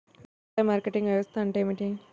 వ్యవసాయ మార్కెటింగ్ వ్యవస్థ అంటే ఏమిటి?